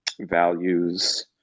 values